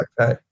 okay